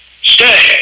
stay